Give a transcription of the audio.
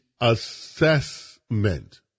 assessment